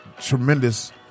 tremendous